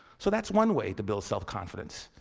so that's one way to build self-confidence.